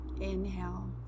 inhale